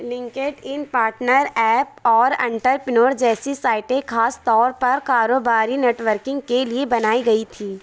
linked ان partner app اور entrepreneur جیسی سائٹیں خاص طور پر کاروباری نٹورکنگ کے لیے بنائی گئی تھیں